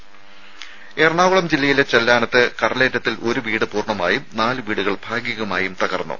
ദേദ എറണാകുളം ജില്ലയിലെ ചെല്ലാനത്ത് കടലേറ്റത്തിൽ ഒരു വീട് പൂർണ്ണമായും നാല് വീടുകൾ ഭാഗികമായും തകർന്നു